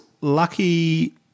lucky